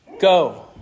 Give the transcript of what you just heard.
Go